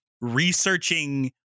researching